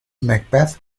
macbeth